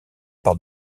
par